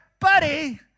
buddy